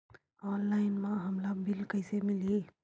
Online म हमला bill कइसे मिलही?